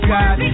God